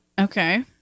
Okay